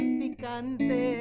picante